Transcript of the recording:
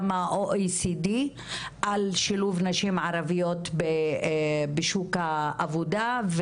ל OECD על שילוב נשים ערביות בשוק העבודה.